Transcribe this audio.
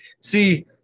See